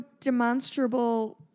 demonstrable